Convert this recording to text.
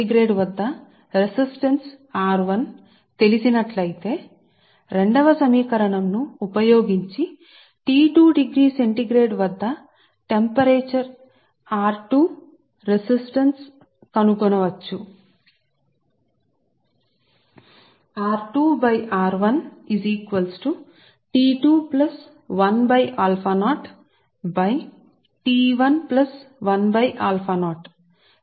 కాబట్టి సమీకరణం 2 ను ఉపయోగించడం ద్వారా రెసిస్టెన్స్ సెల్సియస్ ఉష్ణోగ్రత వద్ద కనుగొన వచ్చును సెల్సియస్ ఉష్ణోగ్రత వద్ద ఉన్న రెసిస్టెన్స్ అది తెలిస్తే ఉష్ణోగ్రత సెంటీగ్రేడ్ వద్ద రెసిస్టెన్స్ మీకు తెలిస్తే చూడండి మీకు తెలిసినట్లయితే ఉష్ణోగ్రత వద్ద రెసిస్టెన్స్ ఉంటే T లేదా ఉష్ణోగ్రత వద్ద కనుగొనవచ్చు